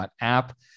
app